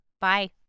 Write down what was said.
Bye